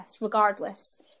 regardless